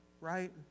right